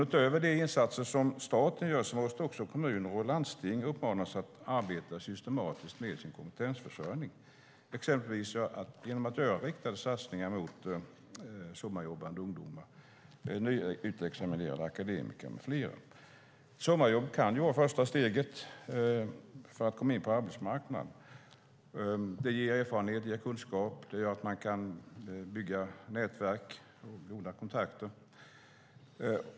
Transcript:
Utöver de insatser som staten gör måste också kommuner och landsting uppmanas att arbeta systematiskt med sin kompetensförsörjning, exempelvis genom att göra riktade satsningar mot sommarjobbande ungdomar, nyutexaminerade akademiker med flera. Sommarjobb kan vara det första steget in på arbetsmarknaden. Det ger erfarenhet och kunskap. Det gör att man kan bygga nätverk och goda kontakter.